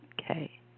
Okay